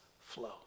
flow